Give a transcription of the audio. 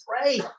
pray